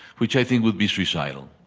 which i think would be suicidal.